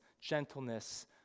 gentleness